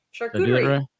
Charcuterie